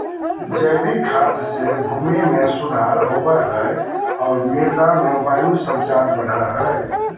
जैविक खाद से भूमि में सुधार होवो हइ और मृदा में वायु संचार बढ़ो हइ